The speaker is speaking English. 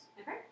Okay